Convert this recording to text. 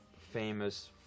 famous